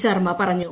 ശർമ്മ പറഞ്ഞു